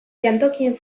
jantokien